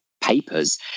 papers